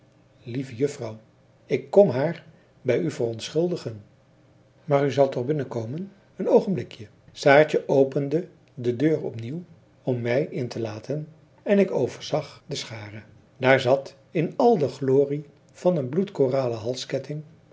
lieve juffrouw ik kom haar bij u verontschuldigen maar u zal toch binnenkomen een oogenblikje saartje opende de deur op nieuw om mij in te laten en ik overzag de schare daar zat in al de glorie van een